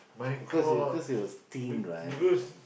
cause it was cause it was thin right